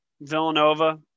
Villanova